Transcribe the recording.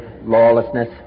lawlessness